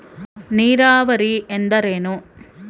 ನೀರಾವರಿ ಎಂದರೇನು?